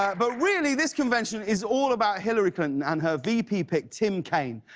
but really, this convention is all about hillary clinton and her vp pick tim kaine.